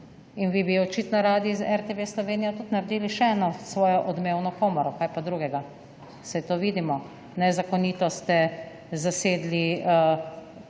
In vi bi očitno radi iz RTV Slovenija tudi naredili še eno svojo odmevno komoro, kaj pa drugega, saj to vidimo. Nezakonito ste zasedli